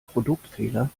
produktfehler